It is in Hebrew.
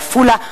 בעפולה,